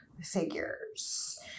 figures